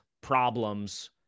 problems